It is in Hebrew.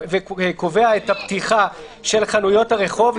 וקובע את הפתיחה של חנויות הרחוב,